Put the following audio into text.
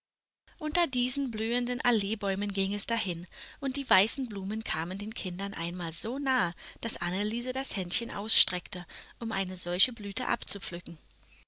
unter diesen blühenden alleebäumen ging es dahin und die weißen blumen kamen den kindern einmal so nahe daß annneliese das händchen ausstreckte um eine solche blüte abzupflücken